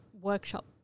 workshop